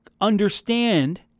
understand